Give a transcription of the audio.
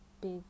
big